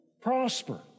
prosper